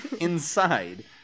inside